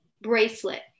bracelet